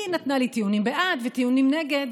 היא נתנה לי טיעונים בעד וטיעונים נגד,